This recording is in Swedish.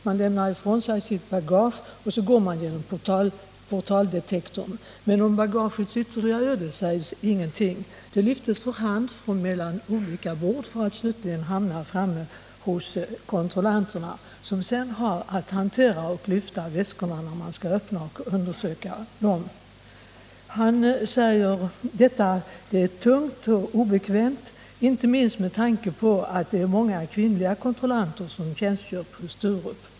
Man lämnar ifrån sig sitt bagage och går sedan genom portaldetektorn, men om bagagets fortsatta öden sägs ingenting. Det lyfts för hand från olika bord för att slutligen hamna hos kontrollanterna som sedan har att hantera och lyfta väskorna när de skall undersöka dem. Detta är tungt och obekvämt — det gäller inte minst för de många kvinnliga kontrollanter som tjänstgör på Sturup.